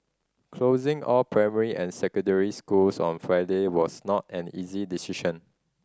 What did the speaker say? closing all primary and secondary schools on Friday was not an easy decision